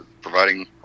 providing